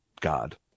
God